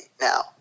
now